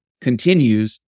continues